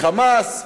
מ"חמאס",